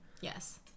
Yes